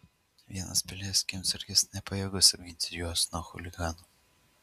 vienas pilies kiemsargis nepajėgus apginti jos nuo chuliganų